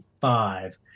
five